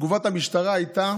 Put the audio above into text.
תגובת המשטרה הייתה